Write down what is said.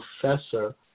professor